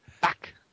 back